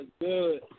good